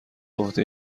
عهده